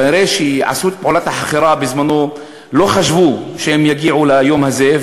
כנראה כשעשו את פעולת החכירה בזמנו לא חשבו שהם יגיעו ליום הזה,